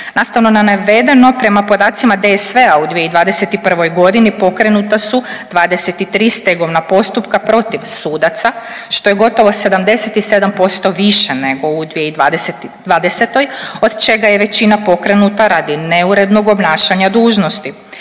Nastavno na navedeno prema podacima DSV-a u 2021. godini pokrenuta su 23 stegovna postupka protiv sudaca što je gotovo 77% više nego u 2020. od čega je većina pokrenuta radi neurednog obnašanja dužnosti.